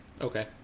Okay